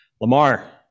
Lamar